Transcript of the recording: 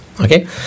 okay